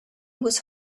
was